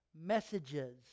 messages